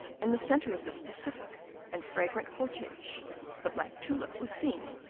in the centre of this pacific and fragrant cortege the black tulip was seen,